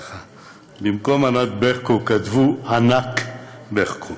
ככה: במקום "ענת ברקו" כתבו "ענק ברקו",